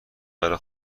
برا